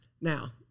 Now